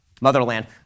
motherland